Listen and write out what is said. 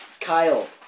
Kyle